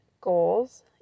goals